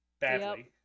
Badly